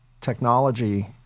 technology